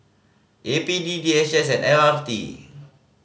A P D D H S and L R T